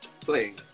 playing